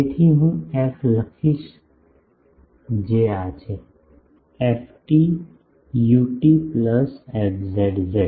તેથી હું એફ લખીશ જે છે ft ut Plus fz z